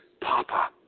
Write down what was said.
Papa